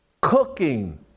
cooking